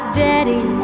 daddy